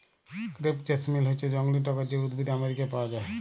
crepe jasmine হচ্যে জংলী টগর যে উদ্ভিদ আমেরিকায় পাওয়া যায়